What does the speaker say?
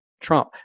Trump